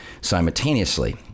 simultaneously